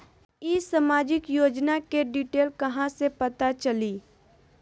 ई सामाजिक योजना के डिटेल कहा से पता चली?